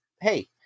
Hey